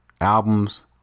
albums